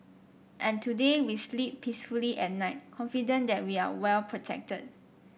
and today we sleep peacefully at night confident that we are well protected